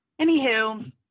Anywho